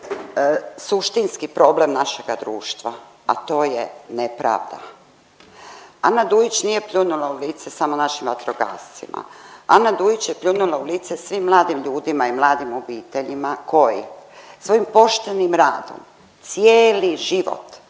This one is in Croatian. suštinski problem našega društva, a to je nepravda. Ana Dujić nije pljunula u lice samo našim vatrogascima, Ana Dujić je pljunula u lice svim mladim ljudima i mladim obiteljima koji svojim poštenim radom cijeli život